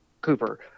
Cooper